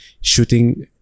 shooting